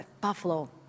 Buffalo